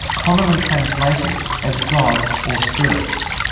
commonly translated as god or spirits.